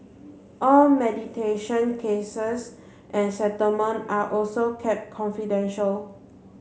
all mediation cases and settlement are also kept confidential